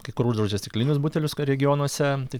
kai kur uždraudžia stiklinius butelius regionuose tai